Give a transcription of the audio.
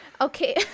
Okay